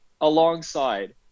alongside